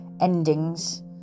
endings